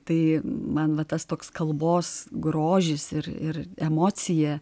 tai man va tas toks kalbos grožis ir ir emocija